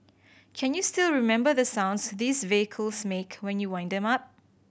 can you still remember the sounds these vehicles make when you wind them up